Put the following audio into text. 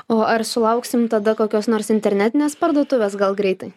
o ar sulauksim tada kokios nors internetinės parduotuvės gal greitai